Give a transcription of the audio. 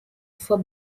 for